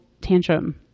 tantrum